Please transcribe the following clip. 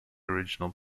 original